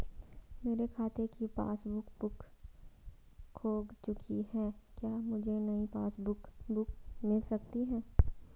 मेरे खाते की पासबुक बुक खो चुकी है क्या मुझे नयी पासबुक बुक मिल सकती है?